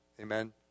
Amen